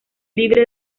libre